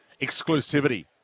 exclusivity